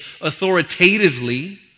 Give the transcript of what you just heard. authoritatively